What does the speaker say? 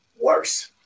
worse